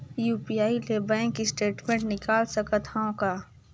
UPI ले bank statement निकाल सकत हवं का?